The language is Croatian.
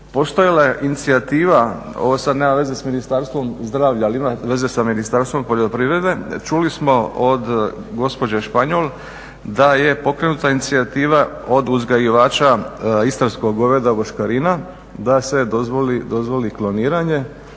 Postojala je inicijativa, ovo sad nema veze s Ministarstvom zdravlja ali ima veze sa Ministarstvom poljoprivrede. Čuli smo od gospođe Španjol da je pokrenuta inicijativa od uzgajivača istarskog goveda boškarina da se dozvoli kloniranje